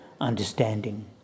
understanding